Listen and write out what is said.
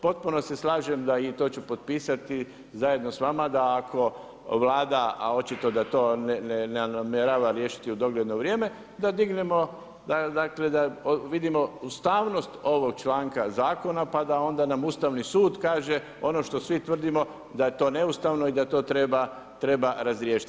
Potpuno se slažem i to ću potpisati zajedno s vama, da ako Vlada, a očito da to ne namjerava riješiti u dogledno vrijeme, da dignemo, dakle da vidimo ustavnost ovog članka zakona pa da onda nam Ustavni sud kaže ono što svi tvrdimo da je to neustavno i da to treba razriješiti.